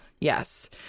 Yes